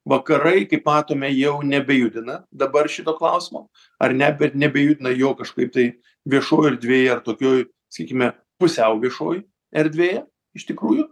vakarai kaip matome jau nebejudina dabar šito klausimo ar ne bet nebejudina jo kažkaip tai viešoj erdvėj ar tokioj sakykime pusiau viešoj erdvėje iš tikrųjų